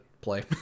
play